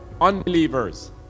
unbelievers